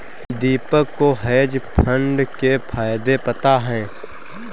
दीपक को hedge fund के फायदे पता है